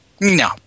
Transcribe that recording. No